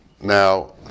Now